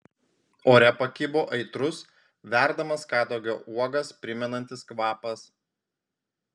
ore pakibo aitrus verdamas kadagio uogas primenantis kvapas